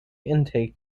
intake